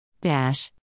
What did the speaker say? dash